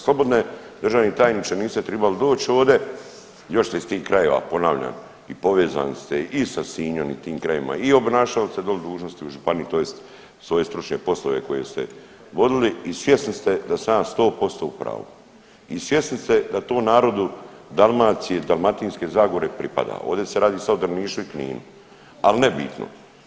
Slobodno je, državni tajniče niste tribali doć ovdje, još ste iz tih krajeva ponavljam i povezani ste i sa Sinjom i tim krajevima i obnašali ste doli dužnosti u županiji tj. svoje stručne poslove koje ste vodili i svjesni ste da sam ja 100% u pravu i svjesni ste da to narodu Dalmacije i Dalmatinske zagore pripada, ovdje se radi sad o Drnišu i Kninu, al nebitno.